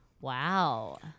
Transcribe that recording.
Wow